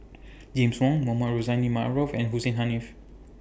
James Wong Mohamed Rozani Maarof and Hussein Haniff